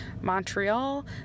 Montreal